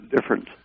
difference